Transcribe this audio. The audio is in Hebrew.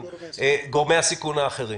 גורמי הסיכון האחרים.